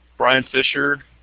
brian fisher,